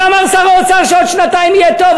אבל אמר שר האוצר שעוד שנתיים יהיה טוב,